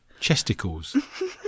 Chesticles